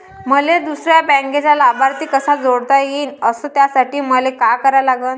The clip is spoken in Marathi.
मले दुसऱ्या बँकेचा लाभार्थी कसा जोडता येईन, अस त्यासाठी मले का करा लागन?